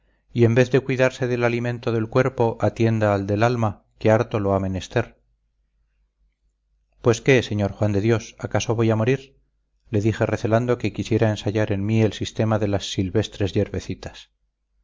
y en vez de cuidarse del alimento del cuerpo atienda al del alma que harto lo ha menester pues qué sr juan de dios acaso voy a morir le dije recelando que quisiera ensayar en mí el sistema de las silvestres